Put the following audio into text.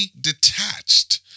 detached